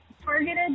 targeted